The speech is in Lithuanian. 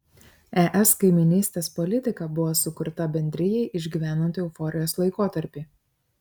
es kaimynystės politika buvo sukurta bendrijai išgyvenant euforijos laikotarpį